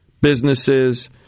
businesses